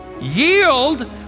Yield